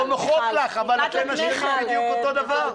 הן לא נוחות לך, אבל אתם אשמים בדיוק אותו דבר.